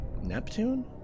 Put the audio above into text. Neptune